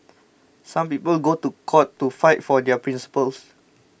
some people go to court to fight for their principles